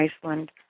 Iceland